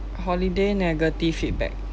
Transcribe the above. holiday negative feedback